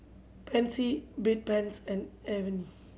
Pansy Bedpans and Avene